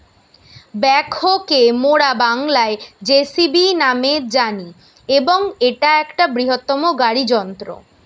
backhoe কে মোরা বাংলায় যেসিবি ন্যামে জানি এবং ইটা একটা বৃহত্তম গাড়ি যন্ত্র